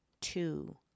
two